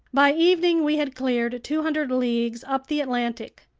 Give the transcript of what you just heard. by evening we had cleared two hundred leagues up the atlantic.